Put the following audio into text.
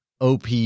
op